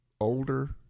older